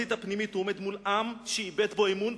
בחזית הפנימית הוא עומד מול עם שאיבד בו אמון,